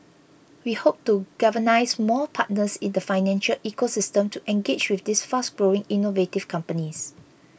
we hope to galvanise more partners in the financial ecosystem to engage with these fast growing innovative companies